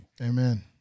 amen